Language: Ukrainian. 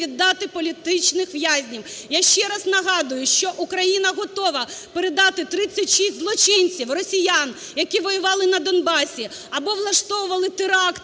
Я ще раз нагадую, що Україна готова передати 36 злочинців-росіян, які воювали на Донбасі або влаштовували теракти